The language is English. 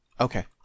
Okay